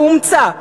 הוא הומצא.